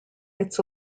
its